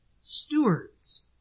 stewards